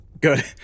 good